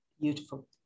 Beautiful